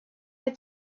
had